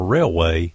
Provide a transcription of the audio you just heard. Railway